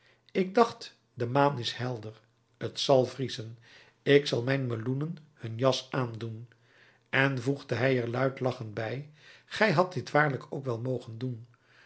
ik dacht de maan is helder t zal vriezen ik zal mijn meloenen hun jas aandoen en voegde hij er luid lachend bij gij hadt dit waarlijk ook wel mogen doen